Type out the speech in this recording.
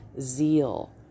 zeal